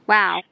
Wow